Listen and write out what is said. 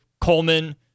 Coleman